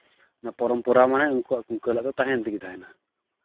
ᱱᱚᱣᱟ ᱯᱚᱨᱚᱢ ᱯᱚᱨᱟ ᱢᱟᱱᱮ ᱩᱱᱠᱩᱣᱟᱜ ᱠᱩᱝᱠᱟᱹᱞᱟᱜ ᱫᱚ ᱛᱟᱦᱮᱱ ᱛᱮᱜᱮ ᱛᱟᱦᱮᱱᱟ